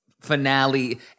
finale